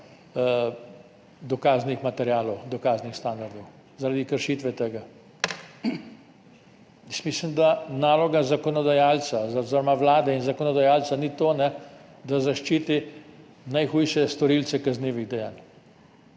dokaznih materialov, dokaznih standardov, zaradi kršitve tega. Mislim, da naloga zakonodajalca oziroma Vlade in zakonodajalca ni to, da zaščiti najhujše storilce kaznivih dejanj.